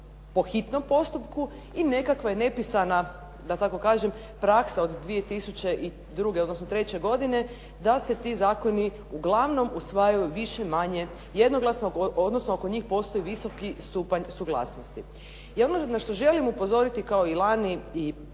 po hitnom postupku i nekakva je nepisana, da tako kažem praksa od 2002., odnosno 2003. godine da se ti zakoni uglavnom usvajaju više-manje jednoglasno, odnosno oko njih postoji visoki stupanj suglasnosti. I ono na što želim upozoriti kao i lani i